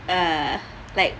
uh like